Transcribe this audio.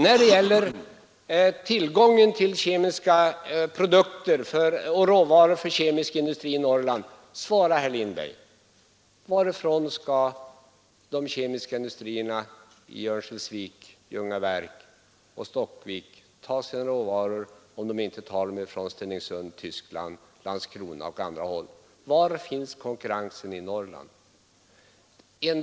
När det gäller tillgången till kemiska produkter och råvaror för kemisk industri i Norrland skulle jag vilja ha ett svar från herr Lindberg på frågan: Varifrån skall de kemiska industrierna i Örnsköldsvik, i Ljungaverk och Stockvik ta sina råvaror om de inte tas ifrån Stenungsund, Landskrona, Tyskland och andra håll? Var finns konkurrensen i Norrland?